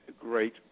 great